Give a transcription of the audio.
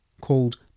called